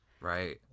right